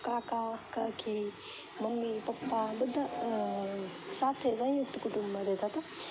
કાકા કાકી મમ્મી પપ્પા બધાં સાથે જોઇન્ટ કુટુમ્બમાં રહેતાં હતાં